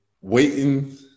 waiting